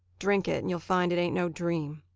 drink it and you'll find it ain't no dream.